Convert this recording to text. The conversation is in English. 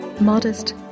modest